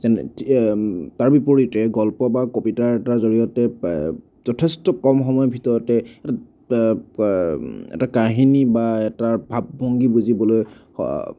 তাৰ বিপৰীতে গল্প বা কবিতা এটাৰ জৰিয়তে যথেষ্ট কম সময়ৰ ভিতৰতে এটা কাহিনী বা এটা ভাব ভংগী বুজিবলৈ